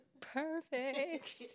Perfect